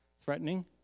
threatening